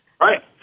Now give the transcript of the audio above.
Right